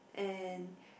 and